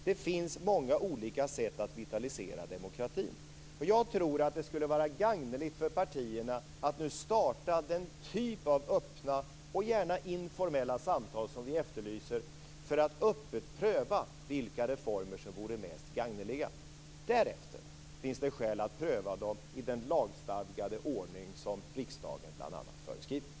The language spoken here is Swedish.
Det finns många olika sätt att vitalisera demokratin. Jag tror att det skulle vara gagneligt för partierna att nu starta den typ av öppna och gärna informella samtal som vi efterlyser för att öppet pröva vilka reformer som vore mest gagneliga. Därefter finns det skäl att pröva dem i den lagstadgade ordning som riksdagen föreskriver.